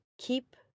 keep